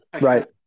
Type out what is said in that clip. right